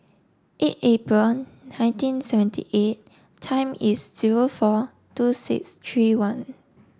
eight April nineteen seventy eight time is zero four two six three one